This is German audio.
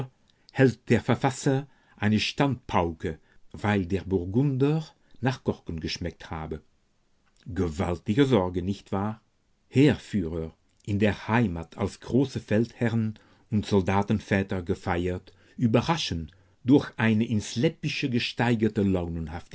hält dem verfasser eine standpauke weil der burgunder nach korken geschmeckt habe gewaltige sorgen nicht wahr heerführer in der heimat als große feldherren und soldatenväter gefeiert überraschen durch eine ins läppische gesteigerte